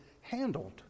handled